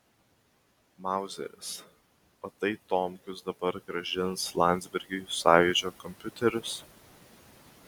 mauzeris o tai tomkus dabar grąžins landsbergiui sąjūdžio kompiuterius